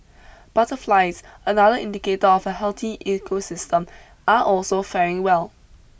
butterflies another indicator of a healthy ecosystem are also faring well